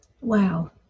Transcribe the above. Wow